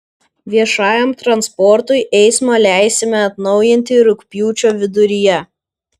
viešajam transportui eismą leisime atnaujinti rugpjūčio viduryje